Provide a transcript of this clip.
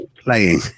playing